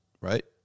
Right